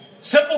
Simple